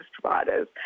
providers